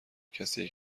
کسیه